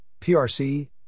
PRC